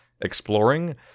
exploring